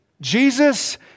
Jesus